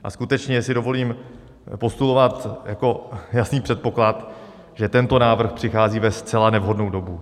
A skutečně si dovolím postulovat jasný předpoklad, že tento návrh přichází ve zcela nevhodnou dobu.